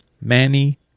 Manny